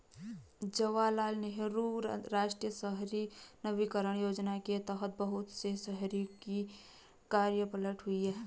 जवाहरलाल नेहरू राष्ट्रीय शहरी नवीकरण योजना के तहत बहुत से शहरों की काया पलट हुई है